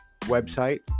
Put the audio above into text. website